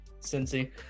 Cincy